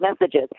messages